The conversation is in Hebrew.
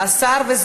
אבל המגוחך ביותר,